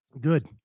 Good